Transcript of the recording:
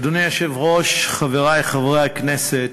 אדוני היושב-ראש, חברי חברי הכנסת,